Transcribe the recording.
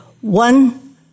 one